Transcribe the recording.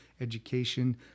education